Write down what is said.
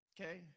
Okay